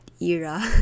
era